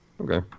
Okay